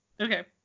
okay